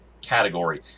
category